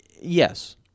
yes